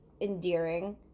endearing